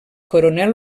coronel